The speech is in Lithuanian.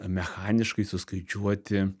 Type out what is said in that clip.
mechaniškai suskaičiuoti